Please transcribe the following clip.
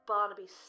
Barnaby